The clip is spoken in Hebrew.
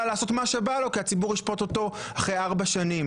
לעשות מה שבא לו כי הציבור ישפוט אותו אחרי ארבע שנים.